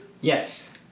Yes